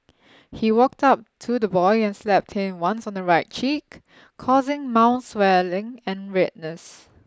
he walked up to the boy and slapped him once on the right cheek causing mild swelling and redness